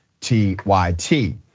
TYT